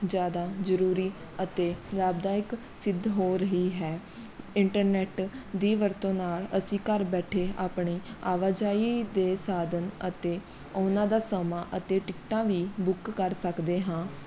ਜ਼ਿਆਦਾ ਜ਼ਰੂਰੀ ਅਤੇ ਲਾਭਦਾਇਕ ਸਿੱਧ ਹੋ ਰਹੀ ਹੈ ਇੰਟਰਨੈੱਟ ਦੀ ਵਰਤੋਂ ਨਾਲ਼ ਅਸੀਂ ਘਰ ਬੈਠੇ ਆਪਣੇ ਆਵਾਜਾਈ ਦੇ ਸਾਧਨ ਅਤੇ ਉਹਨਾਂ ਦਾ ਸਮਾਂ ਅਤੇ ਟਿੱਕਟਾਂ ਵੀ ਬੁੱਕ ਕਰ ਸਕਦੇ ਹਾਂ